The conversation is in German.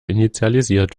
initialisiert